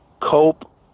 Cope